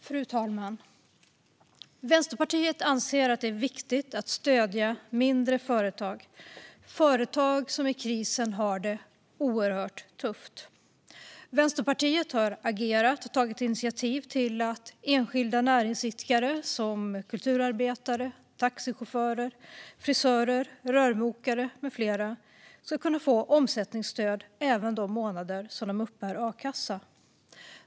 Fru talman! Vänsterpartiet anser att det är viktigt att stödja mindre företag, företag som i krisen har det oerhört tufft. Vänsterpartiet har agerat och tagit initiativ till att enskilda näringsidkare, som kulturarbetare, taxichaufförer, frisörer, rörmokare med flera, ska kunna få omsättningsstöd även de månader som de uppbär a-kassa.